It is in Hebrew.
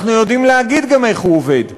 אנחנו יודעים להגיד איך הוא עובד.